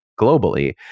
globally